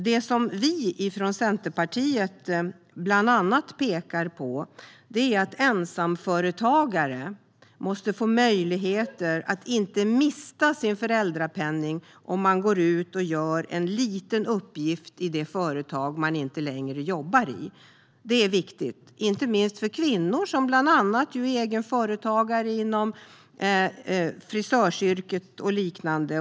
Det vi från Centerpartiet bland annat pekar på är att ensamföretagare måste få möjligheter att inte mista sin föräldrapenning om man går ut och gör en liten uppgift i det företag man inte längre jobbar i. Detta är viktigt, inte minst för kvinnor som bland annat är egenföretagare inom frisöryrket och liknande.